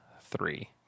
three